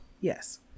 Yes